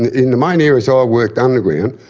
in the main areas i worked underground,